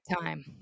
time